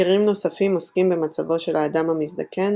שירים נוספים עוסקים במצבו של האדם המזדקן